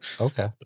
Okay